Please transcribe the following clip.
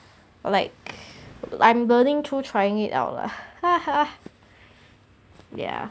but like I am burning through trying it out liao lah 哈哈 ya